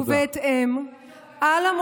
זה לא הוגן.